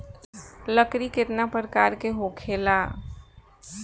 लकड़ी केतना परकार के होखेला